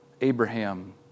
Abraham